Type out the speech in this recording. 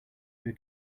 your